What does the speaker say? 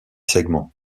segments